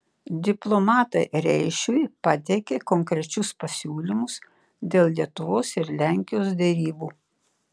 diplomatai reišiui pateikė konkrečius pasiūlymus dėl lietuvos ir lenkijos derybų